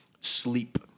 sleep